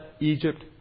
Egypt